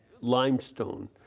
limestone